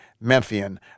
Memphian